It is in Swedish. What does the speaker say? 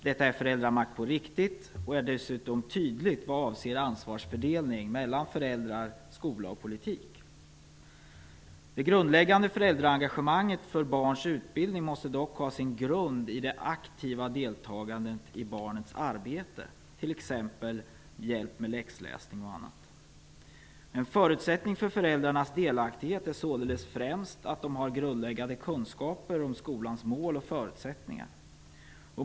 Detta är föräldramakt på riktigt, och det är dessutom tydligt vad avser ansvarsfördelning mellan föräldrar, skola och politik. Det grundläggande föräldraengagemanget för barns utbildning måste dock ha sin grund i det aktiva deltagandet i barnets arbete, t.ex. hjälp med läxläsning och annat. En förutsättning för föräldrarnas delaktighet är således främst att de har grundläggande kunskaper om skolans mål och förutsättningar.